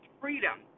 Freedom